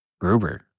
Gruber